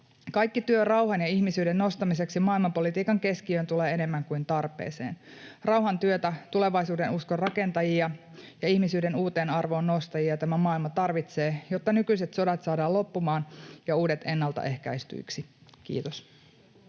Kaikki työ rauhan ja ihmisyyden nostamiseksi maailmanpolitiikan keskiöön tulee enemmän kuin tarpeeseen. Rauhantyötä, tulevaisuuden uskon rakentajia ja ihmisyyden uuteen arvoon nostajia tämä maailma tarvitsee, jotta nykyiset sodat saadaan loppumaan ja uudet ennalta ehkäistyiksi. — Kiitos.